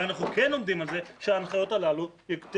אבל אנחנו כן עומדים על זה שההנחיות הללו תקוימנה.